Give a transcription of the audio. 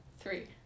three